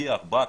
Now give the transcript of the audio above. פי ארבעה,